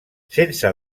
sense